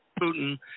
Putin